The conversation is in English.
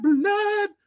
Blood